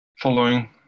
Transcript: following